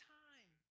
time